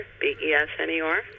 B-E-S-N-E-R